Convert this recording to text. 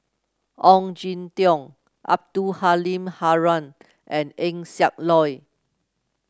Ong Jin Teong Abdul Halim Haron and Eng Siak Loy